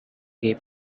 gay